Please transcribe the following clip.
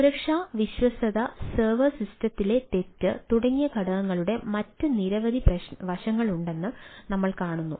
സുരക്ഷ വിശ്വാസ്യത സെർവർ സിസ്റ്റത്തിലെ തെറ്റ് തുടങ്ങിയ ഘടകങ്ങളുടെ മറ്റ് നിരവധി വശങ്ങളുണ്ടെന്ന് നമ്മൾ കാണുന്നു